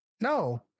no